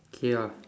okay ah